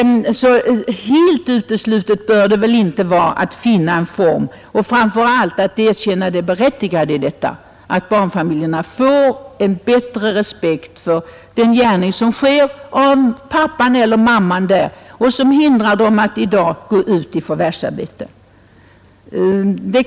Helt uteslutet bör det därför inte vara att finna en form härför. Framför allt bör man kunna erkänna det berättigade i att barnfamiljerna visas större respekt för den gärning som pappan eller mamman sköter och som hindrar dem att gå ut i förvärvsarbetet.